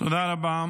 תודה רבה.